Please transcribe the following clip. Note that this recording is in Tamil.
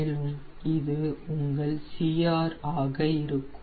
மேலும் இது உங்கள் CR ஆக இருக்கும்